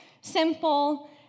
simple